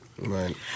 Right